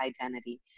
identity